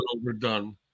overdone